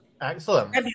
Excellent